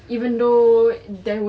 even thought there wasn't stain or anything